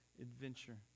adventure